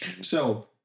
So-